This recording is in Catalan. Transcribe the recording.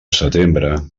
setembre